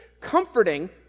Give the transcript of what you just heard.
comforting